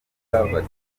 bavuga